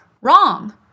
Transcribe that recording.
Wrong